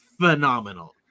phenomenal